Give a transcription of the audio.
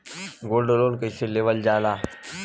Gold loan कईसे लेवल जा ला?